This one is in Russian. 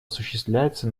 осуществляется